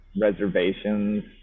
reservations